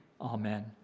amen